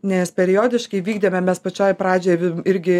nes periodiškai vykdėme mes pačioj pradžioj irgi